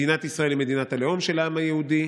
מדינת ישראל היא מדינת הלאום של העם היהודי,